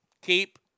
Keep